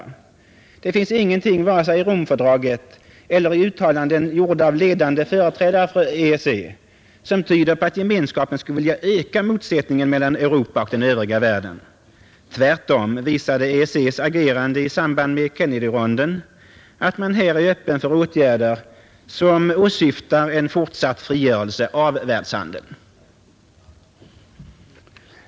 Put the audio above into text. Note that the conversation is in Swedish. Det finns ingenting vare sig i Romfördraget eller i uttalanden, gjorda av ledande företrädare för EEC, som tyder på att Gemenskapen skulle vilja öka motsättningen mellan Europa och den övriga världen, Tvärtom visade EEC:s agerande i samband med Kennedyronden att man här är öppen för åtgärder som åsyftar en fortsatt frigörelse av världshandeln.